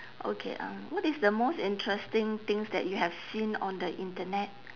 okay um what is the most interesting things that you have seen on the internet